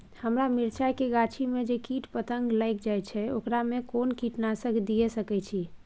हमरा मिर्चाय के गाछी में जे कीट पतंग लैग जाय है ओकरा में कोन कीटनासक दिय सकै छी?